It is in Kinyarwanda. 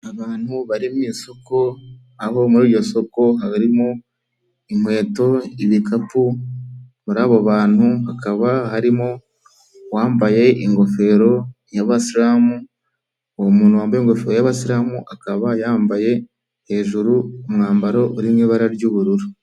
Abantu bari mu isoko, aho muri iryo soko harimo inkweto, ibikapu, muri abo bantu hakaba harimo uwambaye ingofero y'abasiramu, uwo muntu wambaye ingofero y'abasiramu akaba yambaye hejuru umwambaro uri mu ibara ry'ubururu.